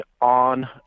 on